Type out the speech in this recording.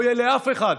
לא יהיה לאף אחד.